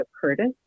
Curtis